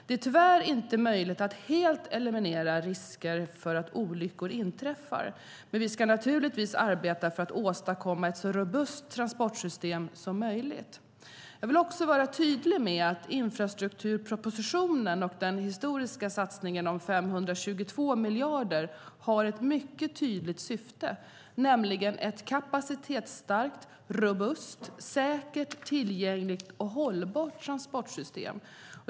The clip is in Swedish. Det är tyvärr inte möjligt att helt eliminera risken för att olyckor inträffar, men vi ska naturligtvis arbeta för att åstadkomma ett så robust transportsystem som möjligt. Jag vill också vara tydlig med att infrastrukturpropositionen och den historiska satsningen om 522 miljarder har ett mycket tydligt syfte, nämligen ett kapacitetsstarkt, robust, säkert, tillgängligt och hållbart transportsystem.